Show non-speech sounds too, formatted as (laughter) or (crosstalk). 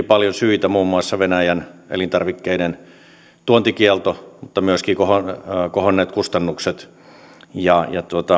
(unintelligible) paljon syitä muun muassa venäjän elintarvikkeiden tuontikielto mutta myöskin kohonneet kustannukset ja